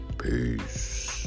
Peace